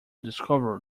discover